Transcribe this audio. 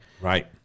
Right